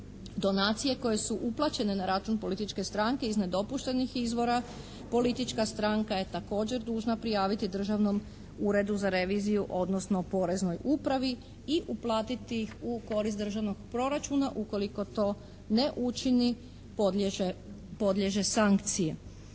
Donacije koje su uplaćene na račun političke stranke iznad dopuštenih izvora politička stranka je također dužna prijaviti Državnom uredu za reviziju, odnosno poreznoj upravi i uplatiti ih u korist državnog proračuna. Ukoliko to ne učini podliježe sankciji.